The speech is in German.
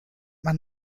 man